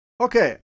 Okay